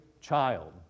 child